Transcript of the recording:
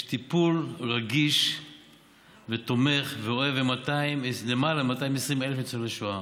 יש טיפול רגיש ותומך ואוהב בלמעלה מ-220,000 ניצולי שואה.